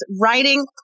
writing